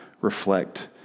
reflect